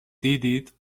دیدید